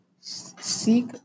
seek